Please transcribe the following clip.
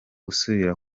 masomo